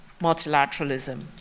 multilateralism